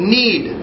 need